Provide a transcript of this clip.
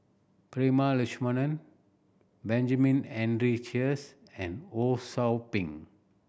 Prema Letchumanan Benjamin Henry Sheares and Ho Sou Ping